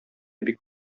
бик